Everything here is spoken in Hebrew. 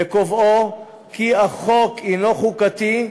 בקובעו כי החוק הוא חוקתי,